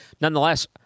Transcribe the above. Nonetheless